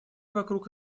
вокруг